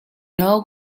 know